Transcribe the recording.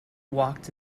walked